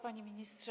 Panie Ministrze!